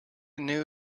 new